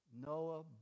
Noah